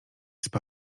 się